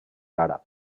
àrab